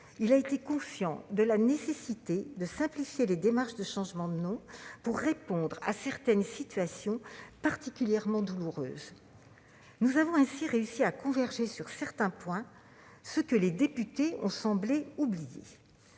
il est conscient de la nécessité de simplifier les démarches de changement de nom pour répondre à certaines situations particulièrement douloureuses. Nous avons ainsi réussi à converger sur certains points, ce que nos collègues députés ont semblé oublier.